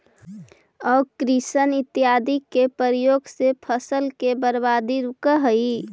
auxin इत्यादि के प्रयोग से फसल के बर्बादी रुकऽ हई